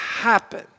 happen